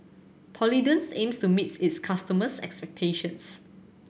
Polident aims to meet its customers' expectations